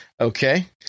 Okay